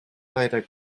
leider